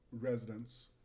residents